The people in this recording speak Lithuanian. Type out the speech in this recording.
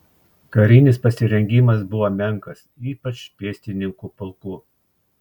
karinis pasirengimas buvo menkas ypač pėstininkų pulkų